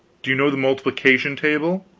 do you know the multiplication table?